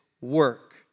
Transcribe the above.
work